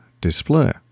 display